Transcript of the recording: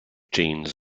genes